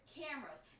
cameras